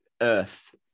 earth